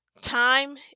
time